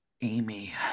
Amy